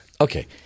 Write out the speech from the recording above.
Okay